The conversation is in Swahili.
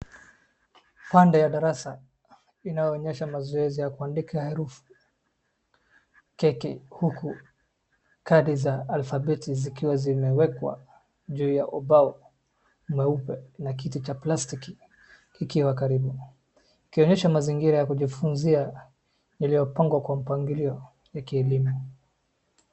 Pande ya darasa inayo onyesha mazoezi ya kuandika herufi keki huku kadi za alfabeti zikiwa zimewekwa juu ya ubao mweupe na kiti cha plastiki kikiwa karibu, ikionyesha mazingira ya kujifunzia iliyopangwa kwa mpangilio wa kielimu.